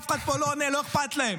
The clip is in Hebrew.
אף אחד פה לא עונה, לא אכפת להם.